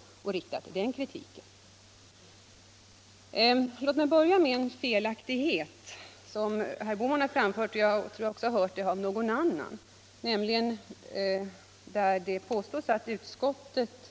— 21 maj 1976 Sedan vill jag påpeka en felaktighet som herr Bohman gjorde sig skyldig —— till. Jag har också hört den framföras av någon annan. Jag tänker då Skolans inre arbete på påståendet att utskottet